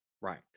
Right